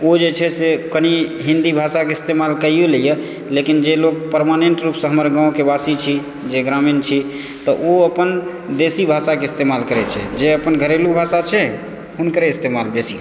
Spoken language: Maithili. ओ जे छै से कनी हिन्दी भाषाके इस्तेमाल कैये लेइया लेकिन जे लोक परमानेंट रूपसँ हमर गाँवके वासी छी जे ग्रामीण छी तऽ ओ अपन देशी भाषाके इस्तेमाल करै छै जे अपन घरेलू भाषा छै हुनकरे इस्तेमाल बेसी